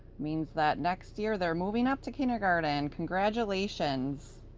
means that next year they're moving up to kindergarten! congratulations!